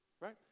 right